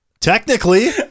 Technically